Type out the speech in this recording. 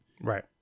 Right